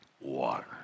water